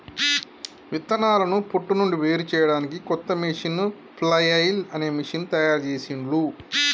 విత్తనాలను పొట్టు నుండి వేరుచేయడానికి కొత్త మెషీను ఫ్లఐల్ అనే మెషీను తయారుచేసిండ్లు